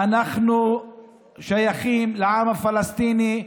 אנחנו שייכים לעם הפלסטיני,